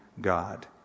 God